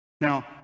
now